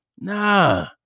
Nah